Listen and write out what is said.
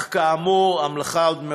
אך כאמור, המלאכה עוד מרובה.